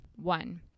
One